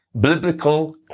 Biblical